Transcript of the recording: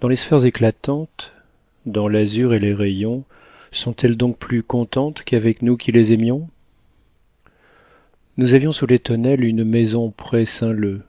dans les sphères éclatantes dans l'azur et les rayons sont-elles donc plus contentes qu'avec nous qui les aimions nous avions sous les tonnelles une maison près saint-leu